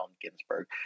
Ginsberg